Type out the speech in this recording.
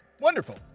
Wonderful